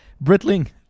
Britling